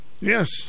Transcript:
Yes